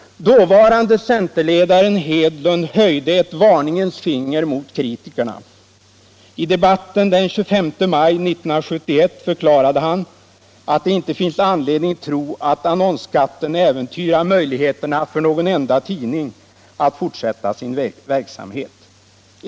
Dåvarande centerledaren Hedlund höjde ett varningens finger mot kritikerna. I debatten den 25 maj 1971 förklarade han att det inte finns anledning tro att annonsskatten äventyrar möjligheterna för någon enda tidning att fortsätta sin verksamhet.